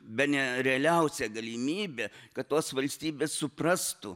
bene realiausia galimybė kad tos valstybės suprastų